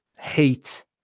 hate